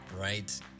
right